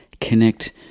connect